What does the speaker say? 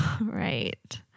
Right